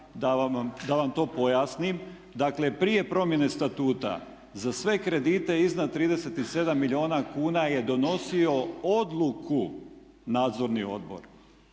Da vam to pojasnim. Dakle, prije promjene Statuta za sve kredite iznad 37 milijuna kuna je donosio odluku Nadzorni odbor.